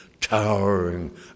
towering